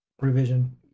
revision